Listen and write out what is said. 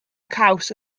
caws